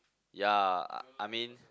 ya I mean